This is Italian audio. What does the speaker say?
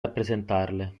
rappresentarle